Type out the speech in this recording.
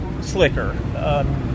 slicker